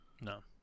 no